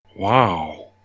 Wow